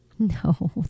No